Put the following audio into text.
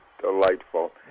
Delightful